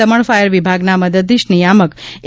Daman fire વિભાગના મદદનિશ નિયામક ઍ